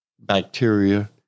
bacteria